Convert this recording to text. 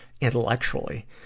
intellectually